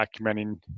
documenting